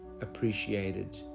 appreciated